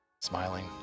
smiling